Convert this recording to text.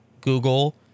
Google